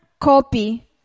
copy